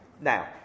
Now